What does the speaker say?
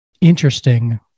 interesting